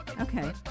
okay